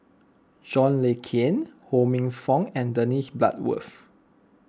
John Le Cain Ho Minfong and Dennis Bloodworth